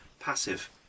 Passive